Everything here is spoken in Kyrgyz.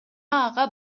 ага